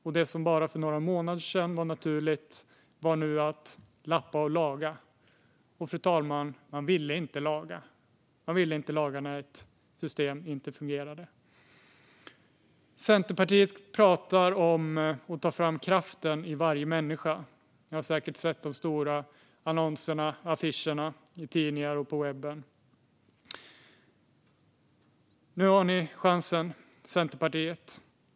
Och det som för bara några månader sedan var naturligt var nu att lappa och laga, och, fru talman, man ville inte laga ett system som inte fungerade. Centerpartiet pratar om att ta fram kraften i varje människa. Ni har säkert sett de stora affischerna i tidningar och på webben. Nu har ni chansen, Centerpartiet!